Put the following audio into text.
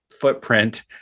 footprint